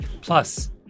Plus